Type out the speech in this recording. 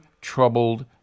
troubled